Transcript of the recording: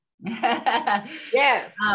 Yes